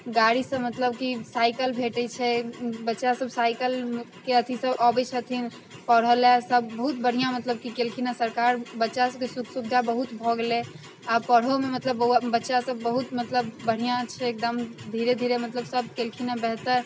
गाड़ीसँ मतलब कि साइकल भेटै छै बच्चासब साइकलके अथीसँ आबै छथिन पढ़ऽलए सब बहुत बढ़िआँ मतलब कि केलखिन हेँ सरकार बच्चासबके सुख सुविधा बहुत भऽ गेलै अब पढ़ैओ मतलब बौआ बच्चासब बहुत मतलब बढ़िआँ छै एकदम धीरे धीरे मतलब सब केलखिन हेँ बेहतर